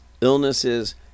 illnesses